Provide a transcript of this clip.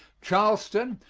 charleston,